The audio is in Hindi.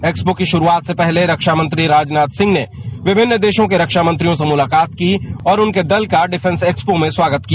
एक्स्पो की श्रुआत से पहले रक्षा मंत्री राजनाथ सिंह ने विभिन्न देशों के रक्षा मंत्रियों से मुलाकात की और उनके दल का डिफेंस एक्सपो में स्वागत किया